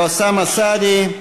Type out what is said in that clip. אוסאמה סעדי,